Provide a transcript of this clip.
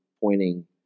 pointing